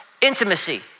intimacy